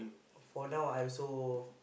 for now I also